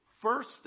first